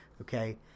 okay